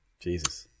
Jesus